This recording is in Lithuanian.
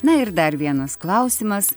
na ir dar vienas klausimas